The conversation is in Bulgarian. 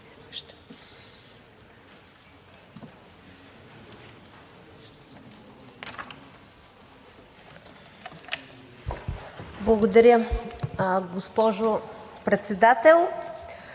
Благодаря, госпожо Председател.